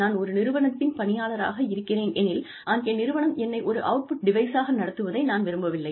நான் ஒரு நிறுவனத்தின் பணியாளராக இருக்கிறேன் எனில் அங்கே நிறுவனம் என்னை ஒரு அவுட்புட் டிவைஸாக நடத்துவதை நான் விரும்பவில்லை